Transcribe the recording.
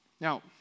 Now